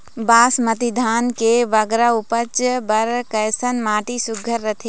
बासमती धान के बगरा उपज बर कैसन माटी सुघ्घर रथे?